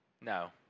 No